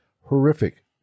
horrific